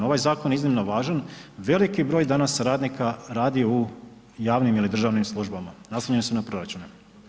Ovaj zakon je iznimno važan, veliki broj danas radnika radi u javnim ili državnim službama, naslonjeni su na proračune.